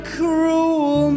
cruel